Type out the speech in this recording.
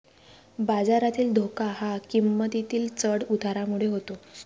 बाजारातील धोका हा किंमतीतील चढ उतारामुळे होतो